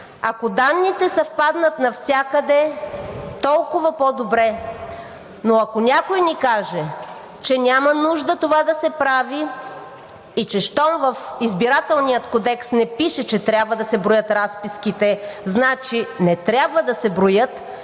Ако данните съвпаднат навсякъде, толкова по-добре. Но ако някой ни каже, че няма нужда това да се прави и че щом в Избирателния кодекс не пише, че трябва да се броят разписките, значи не трябва да се броят,